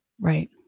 Right